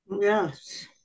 Yes